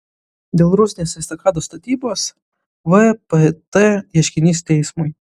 dėl rusnės estakados statybos vpt ieškinys teismui